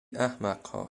احمقها